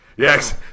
Yes